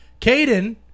Caden